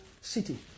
city